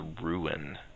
ruin